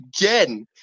again